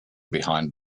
behind